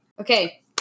okay